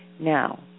Now